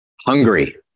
Hungry